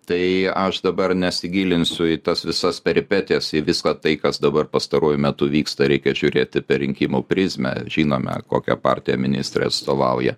tai aš dabar nesigilinsiu į tas visas peripetijas į viską tai kas dabar pastaruoju metu vyksta reikia žiūrėti per rinkimų prizmę žinome kokią partiją ministrė atstovauja